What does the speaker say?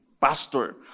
Pastor